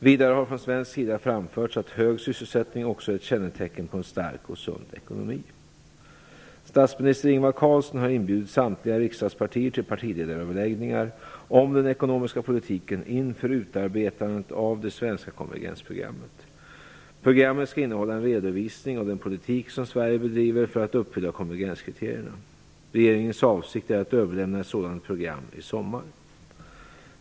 Vidare har från svensk sida framförts att hög sysselsättning också är ett kännetecken på en stark och sund ekonomi. Statsminister Ingvar Carlsson har inbjudit samtliga riksdagspartier till partiledaröverläggningar om den ekonomiska politiken inför utarbetandet av det svenska konvergensprogrammet. Programmet skall innehålla en redovisning av den politik som Sverige bedriver för att uppfylla konvergenskriterierna. Regeringens avsikt är att överlämna ett sådant konvergensprogram i sommar.